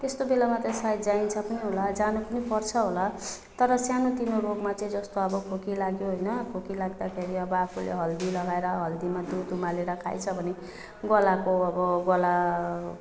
त्यस्तो बेला त सायद जाइन्छ पनि होला जानु पनि पर्छ होला तर सानोतिनो रोगमा चाहिँ जस्तो अब खोकी लाग्यो होइन खोकी लाग्दाखेरि अब आफूले हल्दी लगाएर हल्दीमा दुध उमालेर खाइएछ भने गलाको अब गला